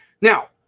Now